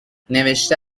نوشته